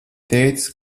tētis